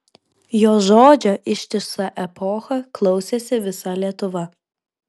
jo žodžio ištisą epochą klausėsi visa lietuva